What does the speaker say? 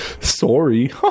sorry